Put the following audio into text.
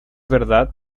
verdad